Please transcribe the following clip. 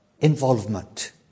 involvement